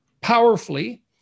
powerfully